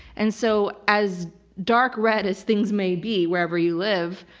and so as dark-red as things may be wherever you live,